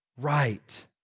right